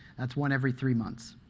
that's one every three months.